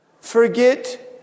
forget